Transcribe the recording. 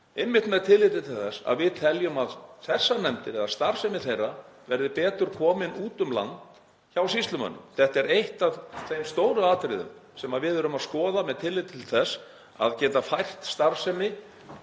einmitt með tilliti til þess að við teljum að þessum nefndum eða starfsemi þeirra verði betur komið fyrir úti um land hjá sýslumönnum. Þetta er eitt af þeim stóru atriðum sem við erum að skoða með tilliti til þess að geta fært starfsemi